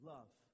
Love